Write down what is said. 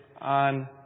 on